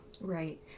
Right